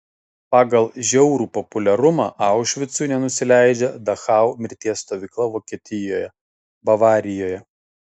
pagal žiaurų populiarumą aušvicui nenusileidžia dachau mirties stovykla vokietijoje bavarijoje